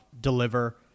deliver